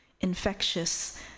infectious